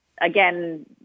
again